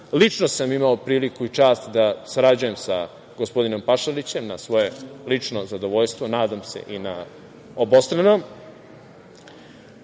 Lično sam imao priliku i čast da sarađujem sa gospodinom Pašalićem, na svoje lično zadovoljstvo, nadam se i na obostrano,